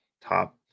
top